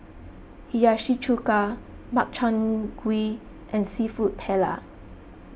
Hiyashi Chuka Makchang Gui and Seafood Paella